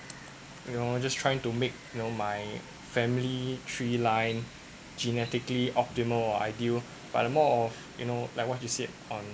you know just trying to make you know my family tree line genetically optimal ideal but more of you know like what you said on